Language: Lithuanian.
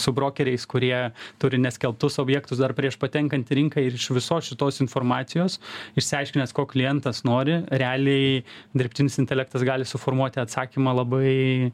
su brokeriais kurie turi neskelbtus objektus dar prieš patenkant į rinką ir iš visos šitos informacijos išsiaiškinęs ko klientas nori realiai dirbtinis intelektas gali suformuoti atsakymą labai